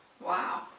wow